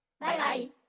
Bye-bye